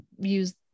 use